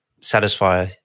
satisfy